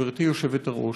גברתי היושבת-ראש,